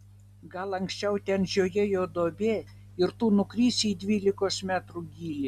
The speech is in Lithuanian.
gal anksčiau ten žiojėjo duobė ir tu nukrisi į dvylikos metrų gylį